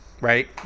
Right